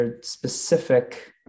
specific